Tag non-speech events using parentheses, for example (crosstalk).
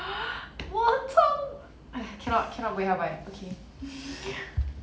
(breath) 我很聪 cannot cannot buayhiaobai okay